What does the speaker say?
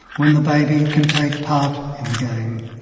when the baby can take part in the game.